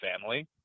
family